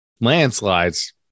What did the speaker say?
landslides